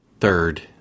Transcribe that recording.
third